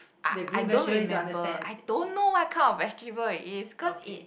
I I don't remember I don't know what kind of vegetable it is cause it